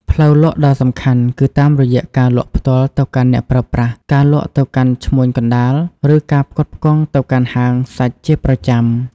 ផ្លូវលក់ដ៏សំខាន់គឺតាមរយៈការលក់ផ្ទាល់ទៅកាន់អ្នកប្រើប្រាស់ ការលក់ទៅកាន់ឈ្មួញកណ្តាល ឬការផ្គត់ផ្គង់ទៅកាន់ហាងសាច់ជាប្រចាំ។